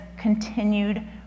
continued